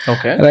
Okay